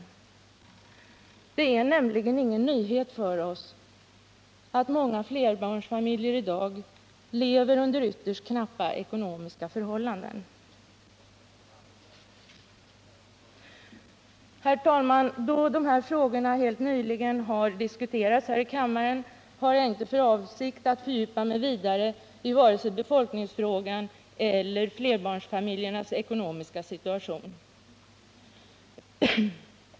Det 209 är nämligen ingen nyhet för oss att många flerbarnsfamiljer i dag lever under ytterst knappa ekonomiska förhållanden. Herr talman! Dessa frågor har helt nyligen diskuterats här i kammaren, varför jag inte har för avsikt att fördjupa mig vidare i vare sig befolkningsfrågan eller flerbarnsfamiljernas ekonomiska situation.